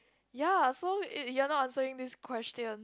ya so you're not answering this question